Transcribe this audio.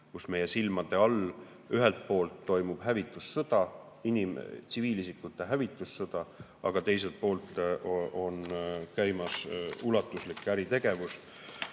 Meie silmade all ühelt poolt toimub hävitussõda, tsiviilisikute hävitamise sõda, aga teiselt poolt on käimas ulatuslik äritegevus.